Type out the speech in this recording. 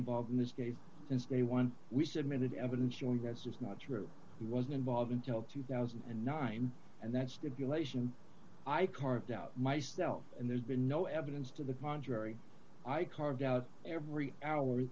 involved in this case since day one we submitted evidence showing that's just not true he was involved until two thousand and nine and that stipulation i carved out myself and there's been no evidence to the contrary i carved out every hour